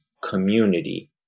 community